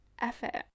effort